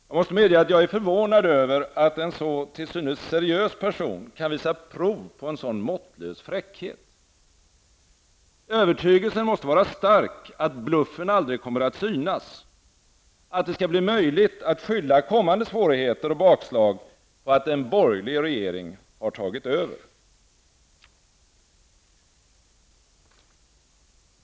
Jag måste medge att jag är förvånad över att en så till synes seriös person kan visa prov på en sådan måttlös fräckhet. Övertygelsen måste vara stark att bluffen aldrig kommer att synas, att det skall bli möjligt att skylla kommande svårigheter och bakslag på att en borgerlig regering har tagit över.